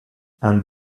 and